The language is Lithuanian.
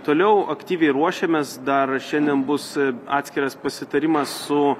toliau aktyviai ruošiamės dar šiandien bus atskiras pasitarimas su